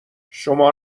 شما